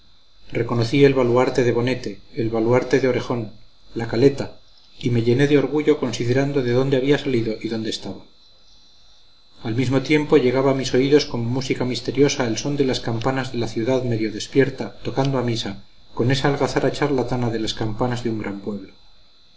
reconocí el baluarte del bonete el baluarte del orejón la caleta y me llené de orgullo considerando de dónde había salido y dónde estaba al mismo tiempo llegaba a mis oídos como música misteriosa el son de las campanas de la ciudad medio despierta tocando a misa con esa algazara charlatana de las campanas de un gran pueblo